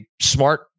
smart